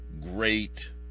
great